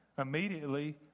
immediately